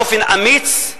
באופן אמיץ,